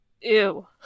Ew